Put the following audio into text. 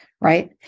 right